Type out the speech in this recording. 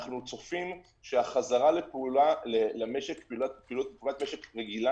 אנחנו צופים שהחזרה לפעילות משק רגילה